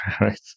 right